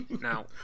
now